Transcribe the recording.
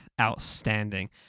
outstanding